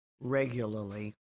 regularly